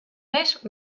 més